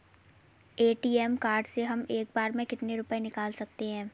ATM card से हम एक बार में कितने रुपये निकाल सकते हैं?